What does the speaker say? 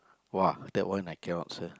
!wah! that one I cannot answer